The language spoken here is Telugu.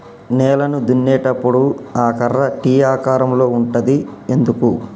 నేలను దున్నేటప్పుడు ఆ కర్ర టీ ఆకారం లో ఉంటది ఎందుకు?